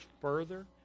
further